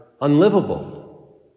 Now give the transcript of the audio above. unlivable